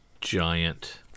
giant